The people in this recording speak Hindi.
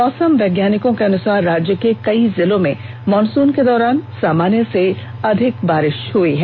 मौसम वैज्ञानिकों के अनुसार राज्य के कई जिलों में मॉनसून के दौरान सामान्य से अधिक बारिष हुई है